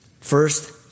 first